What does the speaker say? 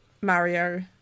Mario